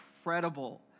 incredible